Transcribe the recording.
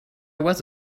was